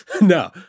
no